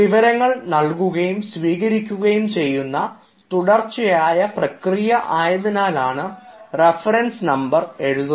വിവരങ്ങൾ നൽകുകയും സ്വീകരിക്കുകയും ചെയ്യുന്ന തുടർച്ചയായ പ്രക്രിയായതിനാലാണ് റഫറൻസ് നമ്പർ എഴുതുന്നത്